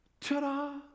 Ta-da